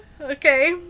Okay